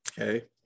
Okay